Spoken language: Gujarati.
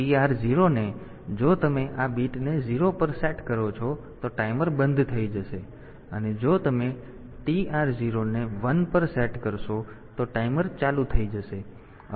તેથી TR0 ને જો તમે આ બીટને 0 પર સેટ કરો છો તો ટાઈમર બંધ થઈ જશે અને જો તમે TR0 ને 1 પર સેટ કરશો તો ટાઈમર ચાલુ થઈ જશે